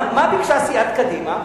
מה ביקשה סיעת קדימה?